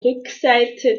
rückseite